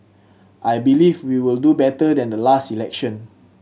I believe we will do better than the last election